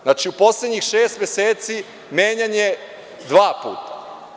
Znači, u poslednjih šest meseci menjan je dva puta.